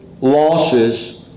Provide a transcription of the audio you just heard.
losses